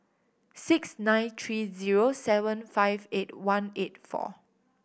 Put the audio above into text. six nine three zero seven five eight one eight four